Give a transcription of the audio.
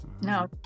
no